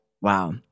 Wow